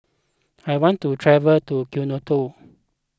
I want to travel to Quito